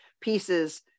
pieces